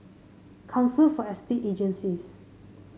Council for Estate Agencies